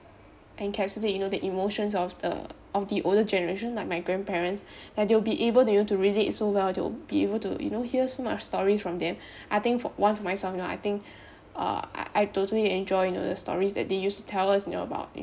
encapsulate you know the emotions of the of the older generation like my grandparents like they'll be able to relate so well they'll be able to you know hear so much story for them I think fo~ one from myself you know I think uh I totally enjoy the stories that they used to tell us you know about you know